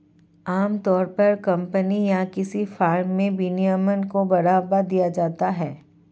आमतौर पर कम्पनी या किसी फर्म में विनियमन को बढ़ावा दिया जाता है